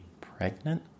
pregnant